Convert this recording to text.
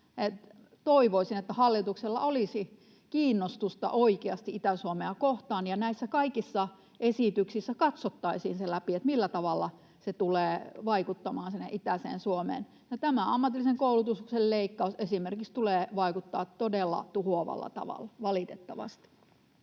Toivoisin, että hallituksella olisi kiinnostusta oikeasti Itä-Suomea kohtaan ja näissä kaikissa esityksissä katsottaisiin se läpi, millä tavalla ne tulevat vaikuttamaan sinne itäiseen Suomeen. No, esimerkiksi tämä ammatillisen koulutuksen leikkaus tulee vaikuttamaan todella tuhoavalla tavalla, valitettavasti.